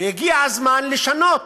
והגיע הזמן לשנות.